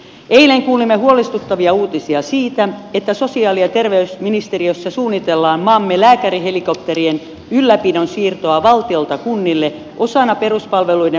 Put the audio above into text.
eilen kuulimme huolestuttavia uutisia siitä että sosiaali ja terveysministeriössä suunnitellaan maamme lääkärihelikopterien ylläpidon siirtoa valtiolta kunnille osana peruspalveluiden valtionosuusjärjestelmää